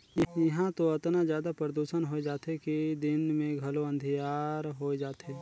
इहां तो अतना जादा परदूसन होए जाथे कि दिन मे घलो अंधिकार होए जाथे